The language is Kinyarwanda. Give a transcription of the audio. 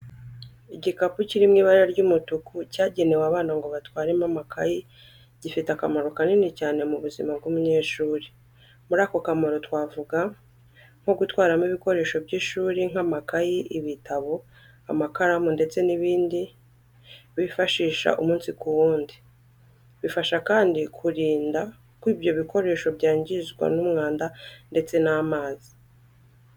Igikapu kiri mu ibara ry'umutuku cyagenewe abana ngo batwaremo amakayi, gifite akamaro kanini cyane mu buzima bw’umunyeshuri. Muri ako kamaro twavuga nko gutwaramo ibikoresho by'ishuri nk'amakayi, ibitabo, amakaramu ndetse n'ibindi bifashisha umunsi ku wundi. Gifasha kandi kurinda ko ibyo ibikoresho byangizwa n'umwanda ndetse n'amazi.